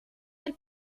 del